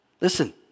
Listen